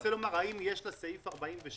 האם יש לה אישור לעניין סעיף 46?